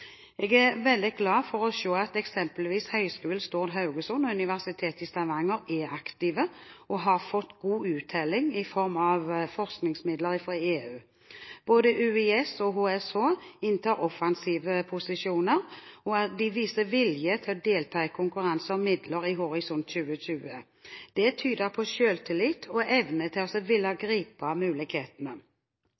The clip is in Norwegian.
Jeg er veldig glad for å se at eksempelvis Høgskolen Stord/Haugesund og Universitetet i Stavanger er aktive og har fått god uttelling i form av forskningsmidler fra EU. Både UiS og HSH inntar offensive posisjoner, og de viser vilje til å delta i konkurransen om midlene i Horisont 2020. Det tyder på selvtillit og evne til å ville